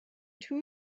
two